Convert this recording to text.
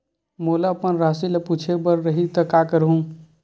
मोला अपन राशि ल पूछे बर रही त का करहूं?